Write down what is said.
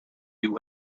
you